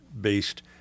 based